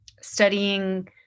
studying